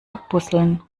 abbusseln